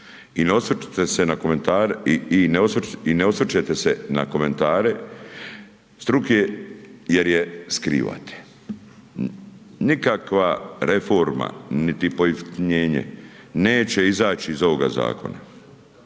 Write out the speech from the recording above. i ne osvrćete se na komentare struke, jer je skrivate. Nikakva reforma, niti pojeftinjenje, neće izaći iz ovoga zakona.